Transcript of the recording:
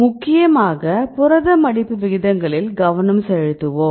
முக்கியமாக புரத மடிப்பு விகிதங்களில் கவனம் செலுத்துவோம்